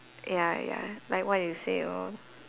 ya ya like what you say lor